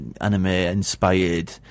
anime-inspired